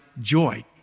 joy